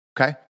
Okay